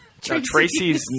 Tracy's